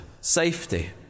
safety